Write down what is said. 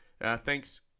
Thanks